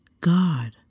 God